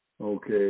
okay